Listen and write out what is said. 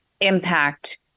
impact